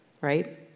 right